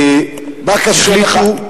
החליטו,